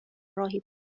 راهی